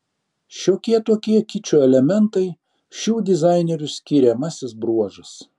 šiokie tokie kičo elementai šių dizainerių skiriamasis bruožas